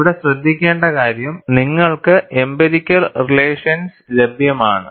ഇവിടെ ശ്രദ്ധിക്കേണ്ട കാര്യം നിങ്ങൾക്ക് എംപിരിക്കൽ റിലേഷൻസ് ലഭ്യമാണ്